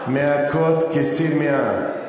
מהכות כסיל מאה".